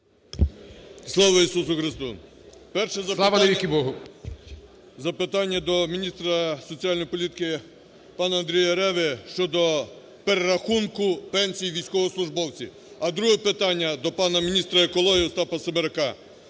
Богу. БАРНА О.С. Перше запитання до міністра соціальної політики пану Андрію Реві щодо перерахунку пенсій військовослужбовців. А друге питання до пана міністра екології Остапа Семерюка.